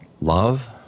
love